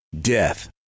death